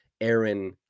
Aaron